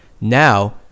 Now